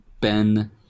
Ben